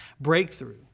breakthrough